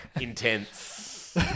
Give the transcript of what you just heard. intense